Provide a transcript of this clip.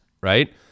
right